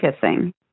kissing